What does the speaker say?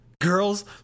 girls